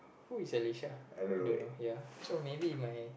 who is Alicia I don't know ya so maybe if my